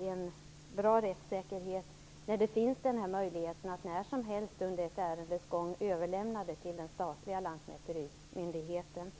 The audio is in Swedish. en bra rättssäkerhet garanteras när möjligheten finns att när som helst under ett ärendes gång överlämna det till den statliga lantmäterimyndigheten.